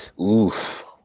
Oof